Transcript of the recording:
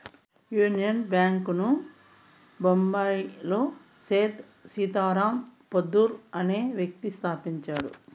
union Bank ను బొంబాయిలో సేథ్ సీతారాం పోద్దార్ అనే వ్యక్తి స్థాపించాడు